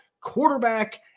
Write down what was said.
quarterback